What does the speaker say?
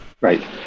Right